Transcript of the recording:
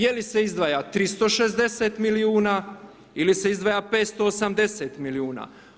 Je li se izdvaja 360 milijuna ili se izdvaja 580 milijuna?